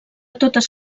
totes